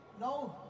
No